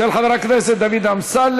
של חבר הכנסת דוד אמסלם.